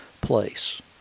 place